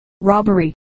robbery